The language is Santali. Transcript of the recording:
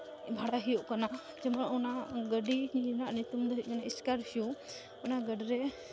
ᱵᱷᱟᱲᱟᱭ ᱦᱩᱭᱩᱜ ᱠᱟᱱᱟ ᱡᱮᱱᱚ ᱚᱱᱟ ᱜᱟᱹᱰᱤ ᱨᱮᱱᱟᱜ ᱧᱩᱛᱩᱢ ᱫᱚ ᱦᱩᱭᱩᱜ ᱠᱟᱱᱟ ᱥᱠᱳᱨᱯᱤᱭᱚ ᱚᱱᱟ ᱜᱟᱹᱰᱤᱨᱮ